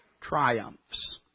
triumphs